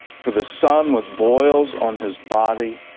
for the son with boils on his body,